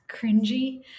cringy